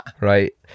right